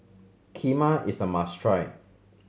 kheema is a must try